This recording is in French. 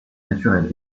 naturelle